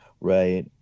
Right